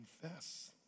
confess